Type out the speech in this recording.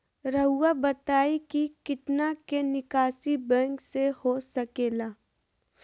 रहुआ बताइं कि कितना के निकासी बैंक से हो सके ला?